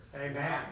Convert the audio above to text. Amen